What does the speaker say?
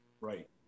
Right